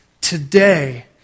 today